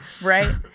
right